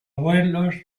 abuelos